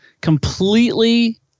completely